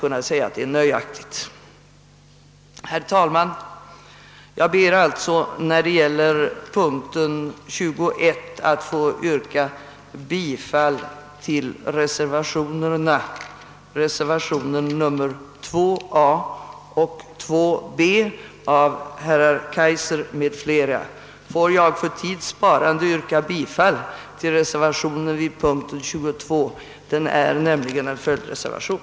Under punkt 21 ber jag alltså få yrka bifall till reservationerna 2 a och 2 b, båda av herr Kaijser m.fl. För tids vinnande ber jag att redan nu få yrka bifall till reservationen vid punkt 22 — den är nämligen en följdreservation.